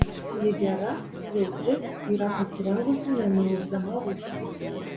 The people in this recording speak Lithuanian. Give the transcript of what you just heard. ji gera jautri yra pasirengusi nenuilsdama rūpintis kitais